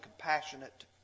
compassionate